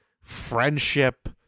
friendship